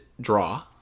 draw